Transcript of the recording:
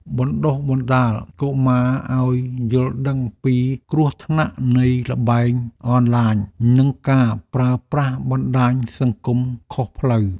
បណ្តុះបណ្តាលកុមារឱ្យយល់ដឹងពីគ្រោះថ្នាក់នៃល្បែងអនឡាញនិងការប្រើប្រាស់បណ្តាញសង្គមខុសផ្លូវ។